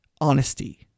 honesty